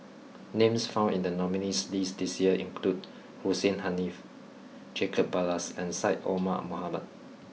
names found in the nominees' list this year include Hussein Haniff Jacob Ballas and Syed Omar Mohamed